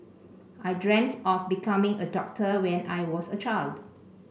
I dreamt of becoming a doctor when I was a child